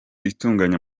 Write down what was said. itunganya